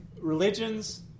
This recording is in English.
religions